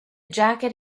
jacket